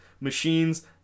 machines